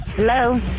Hello